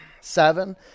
seven